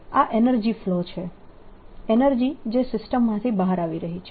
આ energy flow છે energy જે સિસ્ટમમાંથી બહાર આવી રહી છે